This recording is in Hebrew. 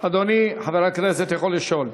אדוני חבר הכנסת, אתה יכול לשאול.